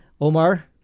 Omar